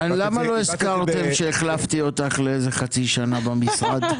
למה לא הזכרת שהחלפתי אותך לאיזה חצי שנה במשרד?